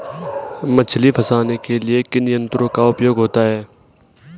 मछली फंसाने के लिए किन यंत्रों का उपयोग होता है?